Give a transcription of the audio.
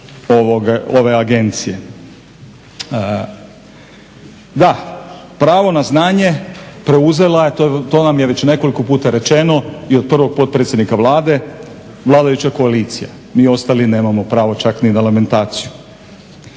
ove agencije. Da, pravo na znanje preuzela je, to nam je već nekoliko puta rečeno i od prvog potpredsjednika Vlade, vladajuća koalicija. Mi ostali nemamo pravo čak ni na lamentaciju.